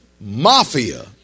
mafia